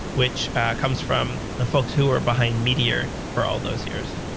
which comes from folks who are behind meteor, for all those years.